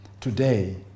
today